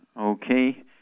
Okay